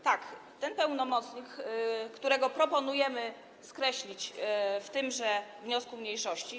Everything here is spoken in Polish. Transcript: Tak, to ten pełnomocnik, którego proponujemy skreślić w tymże wniosku mniejszości.